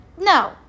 no